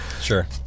sure